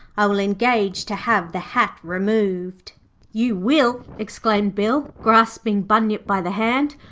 i will engage to have the hat removed you will exclaimed bill, grasping bunyip by the hand.